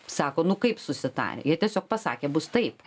sako nu kaip susitarę jie tiesiog pasakė bus taip